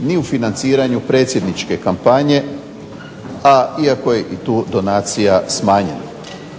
ni u financiranju predsjedničke kampanje, a iako je i tu donacija smanjena.